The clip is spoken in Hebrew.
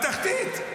בתחתית.